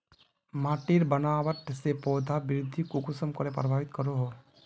माटिर बनावट से पौधा वृद्धि कुसम करे प्रभावित करो हो?